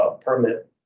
permit